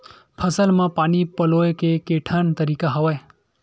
फसल म पानी पलोय के केठन तरीका हवय?